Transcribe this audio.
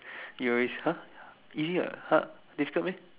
you always !huh! easy [what] hard difficult meh